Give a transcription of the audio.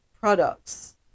products